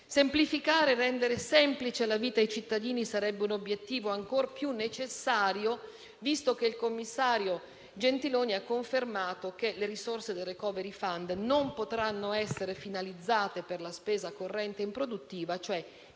Semplificare e rendere semplice la vita ai cittadini sarebbe un obiettivo ancora più necessario, visto che il commissario Gentiloni ha confermato che le risorse del *recovery fund* non potranno essere finalizzate per la spesa corrente improduttiva: cioè